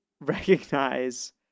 recognize